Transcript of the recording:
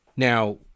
Now